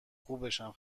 خوبشم